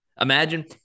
Imagine